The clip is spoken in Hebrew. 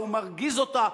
הוא מרגיז אותה,